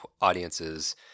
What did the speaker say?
audiences